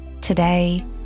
Today